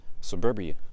suburbia